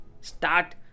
Start